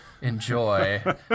enjoy